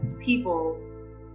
people